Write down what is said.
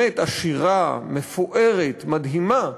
באמת עשירה, מפוארת, מדהימה,